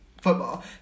football